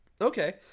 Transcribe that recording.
Okay